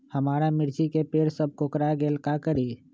हमारा मिर्ची के पेड़ सब कोकरा गेल का करी?